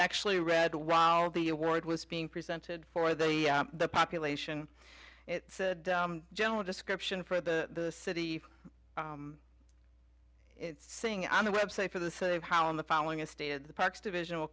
actually read while the award was being presented for the population it's a general description for the city it's saying on the website for the city of how in the following a state of the parks division will